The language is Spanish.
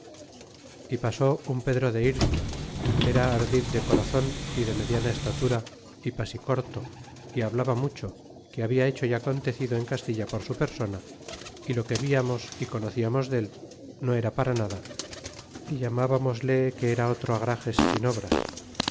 y pasó un pedro de litio era ardid de corazon y de mediana estatura y pasito corto y hablaba mucho que habla hecho y acontecido en castilla por su persona y lo que viamos nociamos dél no era para nada y llamábamosle que era otro agrajes sin obras